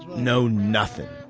no nothing.